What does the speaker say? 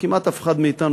כמעט אף אחד מאתנו,